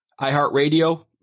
iHeartRadio